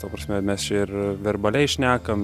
ta prasme mes čia ir verbaliai šnekam